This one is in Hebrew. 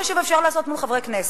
מול חברי כנסת.